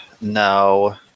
No